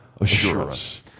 assurance